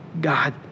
God